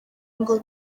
ngo